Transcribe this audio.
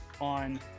on